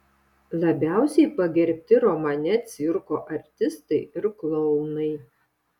labiausiai pagerbti romane cirko artistai ir klounai